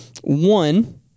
one